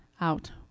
out